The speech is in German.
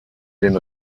den